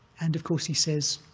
and of course he says,